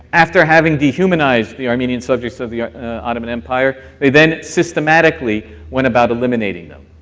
after having dehumanized the armenian subjects of the ottoman empire they then systematically went about eliminating them,